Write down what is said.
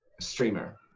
streamer